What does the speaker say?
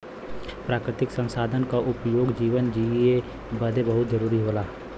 प्राकृतिक संसाधन क उपयोग जीवन जिए बदे बहुत जरुरी होला